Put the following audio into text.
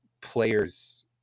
players